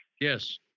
Yes